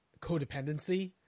codependency